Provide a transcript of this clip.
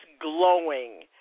glowing